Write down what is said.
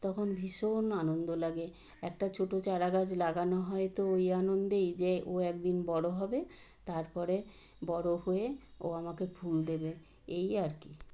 তখন ভীষণ আনন্দ লাগে একটা ছোটো চারা গাছ লাগানো হয় তো ওই আনন্দেই যে ও এক দিন বড় হবে তার পরে বড় হয়ে ও আমাকে ফুল দেবে এই আর কি